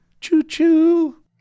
Choo-choo